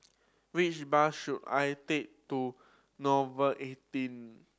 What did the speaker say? which bus should I take to Nouvel eighteen